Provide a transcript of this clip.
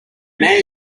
man